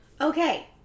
Okay